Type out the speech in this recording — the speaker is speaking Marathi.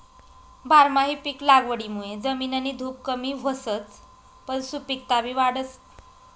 बारमाही पिक लागवडमुये जमिननी धुप कमी व्हसच पन सुपिकता बी वाढस